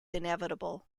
inevitable